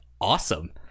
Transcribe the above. awesome